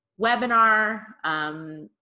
webinar